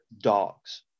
dogs